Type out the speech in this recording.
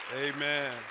amen